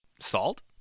Salt